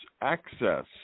access